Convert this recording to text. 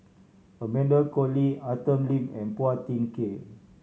Amanda Koe Lee Arthur Lim and Phua Thin Kiay